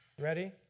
Ready